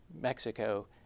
Mexico